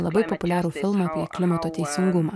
labai populiarų filmą apie klimato teisingumą